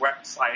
website